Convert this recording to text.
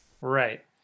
Right